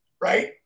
Right